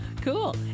Cool